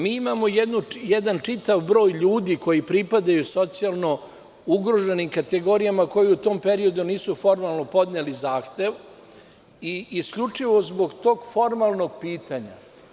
Mi imamo jedan čitav broj ljudi koji pripadaju socijalno ugroženim kategorijama koje u tom periodu nisu formalno podneli zahtev i isključivo zbog tog formalnog pitanja.